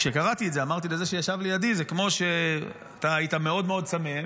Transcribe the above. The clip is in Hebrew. כשקראתי את זה אמרתי לזה שישב לידי שזה כמו שאתה היית מאוד צמא,